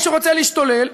נותנת למי שרוצה להשתולל,